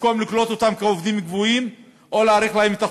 במקום לקלוט אותם כעובדים קבועים או להאריך להם את החוזה,